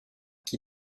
qui